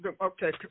Okay